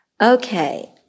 Okay